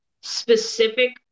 specific